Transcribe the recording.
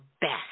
best